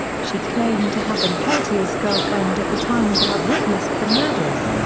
she claimed to have been peltier's girlfriend at the time and to have witnessed the murders.